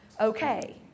okay